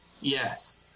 Yes